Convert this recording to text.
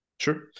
Sure